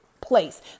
place